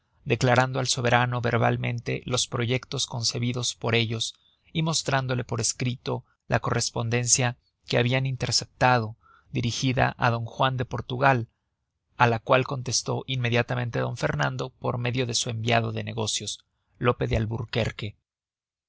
declarando al soberano verbalmente los proyectos concebidos por ellos y mostrándole por escrito la correspondencia que habian interceptado dirigida á d juan de portugal á la cual contestó inmediatamente d fernando por medio de su enviado de negocios lope de alburquerque